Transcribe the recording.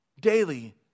daily